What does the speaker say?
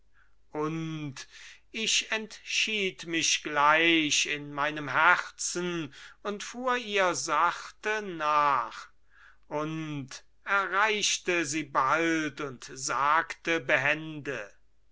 und ich entschied mich gleich in meinem herzen und fuhr ihr sachte nach und erreichte sie bald und sagte behende